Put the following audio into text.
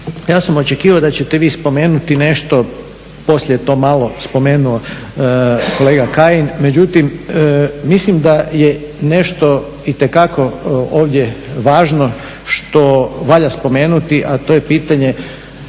ja sam očekivao da ćete vi spomenuti nešto, poslije to malo spomenuo kolega Kajin, međutim mislim da je nešto itekako ovdje važno što valja spomenuti, a to je pitanje